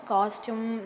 Costume